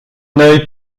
œil